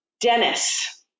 Dennis